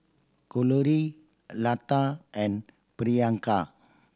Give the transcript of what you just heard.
Kalluri Lata and Priyanka